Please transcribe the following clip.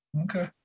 Okay